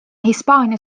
hispaania